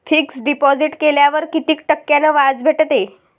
Fix deposit केल्यावर कितीक टक्क्यान व्याज भेटते?